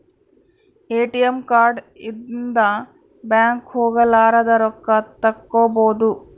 ATM card ಇಂದ bank ಹೋಗಲಾರದ ರೊಕ್ಕ ತಕ್ಕ್ಕೊಬೊದು